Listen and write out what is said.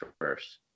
first